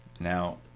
Now